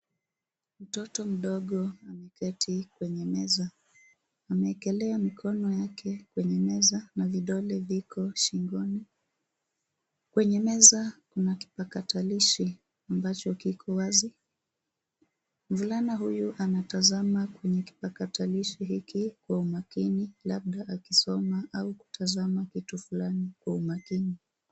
Mtoto mdogo ameketi kwenye meza. Amewekelea mikono yake kwenye meza na vidole viko shingoni. Kwenye meza kuna kipakatalishi ambacho kiko wazi. Mvulana huyu anatazama kwenye kipakatalishi hiki kwa umakini labda akisoma au kutazama kitu fulani kwa umakini.